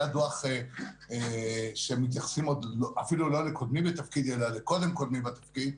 הדוח מתייחסים עוד אפילו לא לקודמי בתפקיד אלא לקודם קודמי בתפקיד,